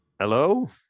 Hello